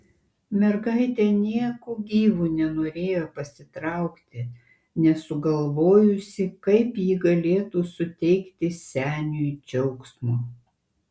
mergaitė nieku gyvu nenorėjo pasitraukti nesugalvojusi kaip ji galėtų suteikti seniui džiaugsmo